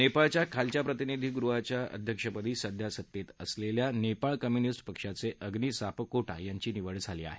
नेपाळच्या कनिष्ठ प्रतिनिधीगृहाच्या अध्यक्षपदी सध्या सत्तेत असलेल्या नेपाळ कम्यूनिस्ट पक्षाचे अग्नि सापकोटा यांची निवड झाली आहे